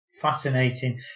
Fascinating